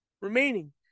remaining